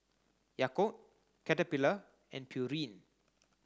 Yakult Caterpillar and Pureen